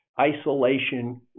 isolation